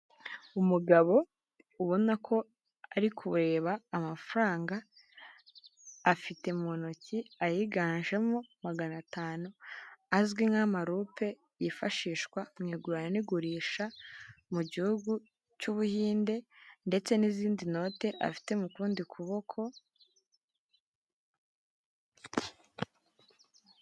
Umugabo ubona ko ari kureba amafaranga afite mu ntoki ayiganjemo magana atanu azwi nk'amarope yifashishwa mu igurana n'igurisha mu gihugu cy'ubuhinde ndetse n'izindi note afite mu kudi kuboko.